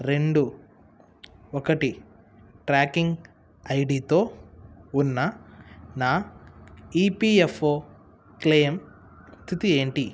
రెండు ఒక్కటి ట్రాకింగ్ ఐడితో ఉన్న నా ఈపియఫ్ఓ క్లెయిము స్థితి ఏంటి